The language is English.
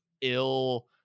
ill